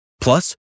Plus